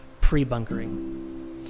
pre-bunkering